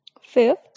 Fifth